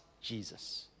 Jesus